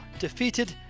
defeated